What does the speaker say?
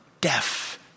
deaf